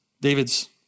David's